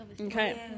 Okay